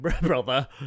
Brother